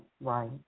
right